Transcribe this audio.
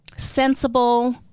sensible